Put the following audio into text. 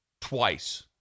twice